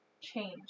change